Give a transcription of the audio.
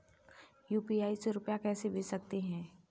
UPI से रुपया कैसे भेज सकते हैं?